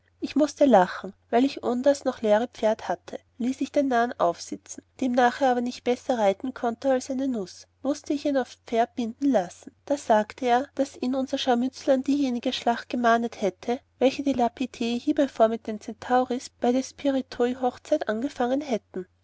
ich mußte lachen und weil ich ohndas noch läre pferde hatte ließ ich den narren aufsitzen demnach er aber nicht besser reiten konnte als eine nuß mußte ich ihn aufs pferd binden lassen da sagte er daß ihn unser scharmützel an diejenige schlacht gemahnet hätte welche die lapithae hiebevor mit den centauris bei des pirithoi hochzeit angefangen hätten